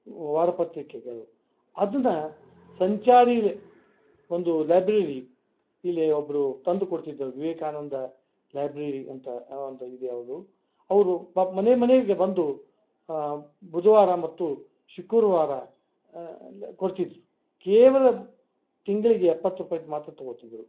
ವಾರಪತ್ರಿಕೆಗಳು ಅದನ್ನು ಸಂಚಾರಿಲಿ ಒಂದು ಲೈಬ್ರರಿ ಇಲ್ಲೇ ಒಬ್ಬರು ತಂದುಕೊಡ್ತಿದ್ದರು ವಿವೇಕಾನಂದ ಲೈಬ್ರರಿ ಅಂತ ಆ ಒಂದು ಇದೆ ಅವ್ರದ್ದು ಅವರು ಪಾಪ ಮನೆ ಮನೆಗೆ ಬಂದು ಬುಧವಾರ ಮತ್ತು ಶುಕ್ರವಾರ ಎಲ್ಲ ಕೊಡ್ತಿದ್ದರು ಕೇವಲ ತಿಂಗಳಿಗೆ ಎಪ್ಪತ್ತು ರೂಪಾಯ್ದು ಮಾತ್ರ ತಗೊತಿದ್ದರು